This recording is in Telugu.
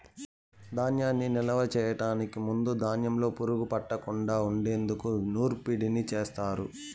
ధాన్యాన్ని నిలువ చేయటానికి ముందు ధాన్యంలో పురుగు పట్టకుండా ఉండేందుకు నూర్పిడిని చేస్తారు